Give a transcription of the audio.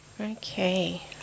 Okay